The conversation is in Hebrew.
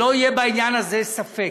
שלא יהיה בעניין הזה ספק.